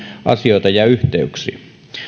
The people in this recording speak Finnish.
asioita ja yhteyksiä